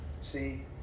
See